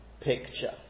picture